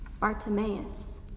Bartimaeus